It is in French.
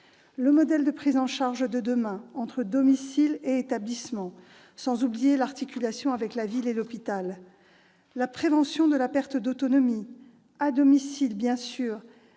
au modèle de prise en charge de demain entre domicile et établissement, sans oublier l'articulation avec la ville et l'hôpital. Il nous faudra aussi réfléchir à la prévention de la perte d'autonomie, à domicile bien sûr,